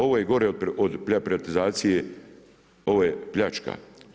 Ovo je gore od privatizacije, ovo je pljačka.